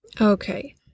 Okay